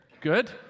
good